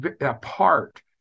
apart